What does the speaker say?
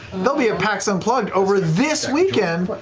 they'll be at pax unplugged over this weekend. but